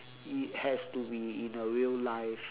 it has to be in a real life